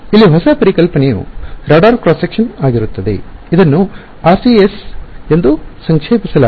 ಇಲ್ಲಿ ಹೊಸ ಪರಿಕಲ್ಪನೆಯು ರಾಡಾರ್ ಕ್ರಾಸ್ ಸೆಕ್ಷನ್ ಆಗಿರುತ್ತದೆ ಇದನ್ನು RCS ಎಂದು ಸಂಕ್ಷೇಪಿಸಲಾಗಿದೆ